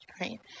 Right